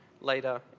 later